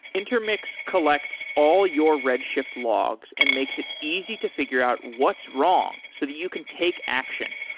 intermix collects all your redshift logs and makes it easy to figure out what's wrong, so that you can take action,